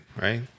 right